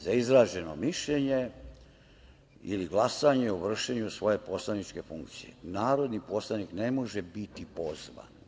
Za izraženo mišljenje ili glasanje u vršenju svoje poslaničke funkcije, narodni poslanik ne može biti pozvan.